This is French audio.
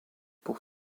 pour